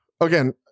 Again